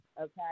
Okay